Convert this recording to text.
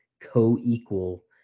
co-equal